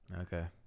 Okay